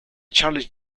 charles